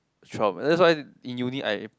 that's why in uni I